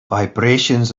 vibrations